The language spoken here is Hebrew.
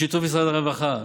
בשיתוף משרד הרווחה,